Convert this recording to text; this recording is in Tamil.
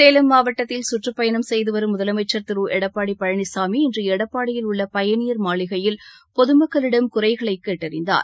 சேலம் மாவட்டத்தில் கற்றுப்பயணம் செய்து வரும் முதலனமச்சர் திரு எடப்பாடி பழனிசாமி இன்று எடப்பாடியில் உள்ள பயணியர் மாளிகையில் பொது மக்களிடம் குறைகளை கேட்டறிந்தார்